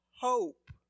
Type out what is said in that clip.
hope